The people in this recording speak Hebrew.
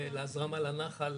להזרמה לנחל,